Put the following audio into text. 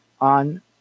on